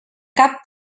cap